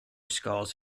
skulls